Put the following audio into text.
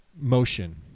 motion